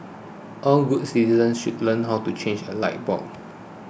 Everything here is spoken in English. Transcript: all good citizens should learn how to change a light bulb